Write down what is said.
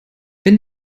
wenn